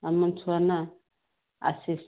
ଆମ ଛୁଆ ନା ଆଶିଷ